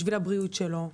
בשביל הבריאות שלו,